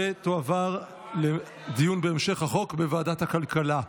ותועבר לדיון בהמשך החוק בוועדת הכלכלה.